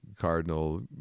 cardinal